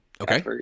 okay